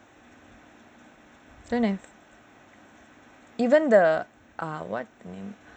don't have even the err what name